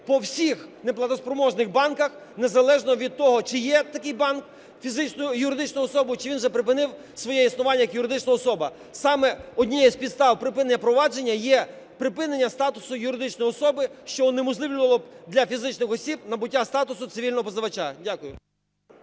по всіх неплатоспроможних банках, незалежно від того, чи є такий банк юридичною особою, чи він вже припинив своє існування як юридична особа. Саме однією з підстав припинення провадження є припинення статусу юридичної особи, що унеможливлювало б для фізичних осіб набуття статусу цивільного позивача. Дякую.